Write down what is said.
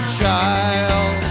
child